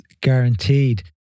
guaranteed